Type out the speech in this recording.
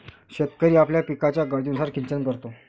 शेतकरी आपल्या पिकाच्या गरजेनुसार सिंचन करतो